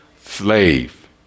Slave